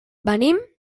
venim